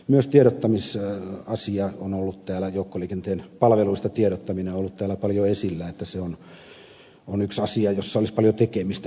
myös tiedottamisen asia on ollut täällä joukkoliikenteen palveluista tiedottaminen on ollut täällä paljon esillä että se on yksi asia jossa olisi paljon tekemistä